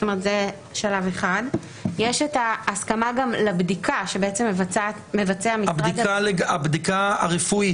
יש גם הסכמה לבדיקה שמבצע -- הבדיקה הרפואית.